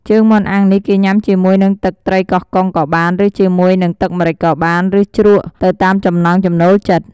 ជើងមាន់អាំងនេះគេញ៉ាំជាមួយនឹងទឹកត្រីកោះកុងក៏បាន ឬជាមួយនឹងទឹកម្រេចក៏បាន ឬជ្រក់ ទៅតាមចំណង់ចំណូលចិត្ត។